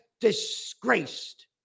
disgraced